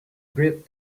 great